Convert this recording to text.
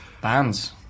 bands